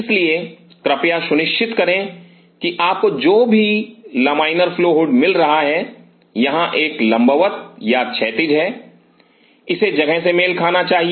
इसलिए कृपया सुनिश्चित करें कि आपको जो भी लमाइनर फ्लो हुड मिल रहा है जहां यह एक लंबवत या क्षैतिज है इसे जगह से मेल खाना चाहिए